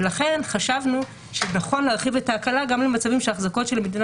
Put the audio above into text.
לכן חשבנו שנכון להרחיב את ההקלה גם למצבים שהחזקות המדינה